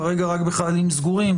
כרגע רק בחללים סגורים,